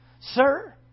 Sir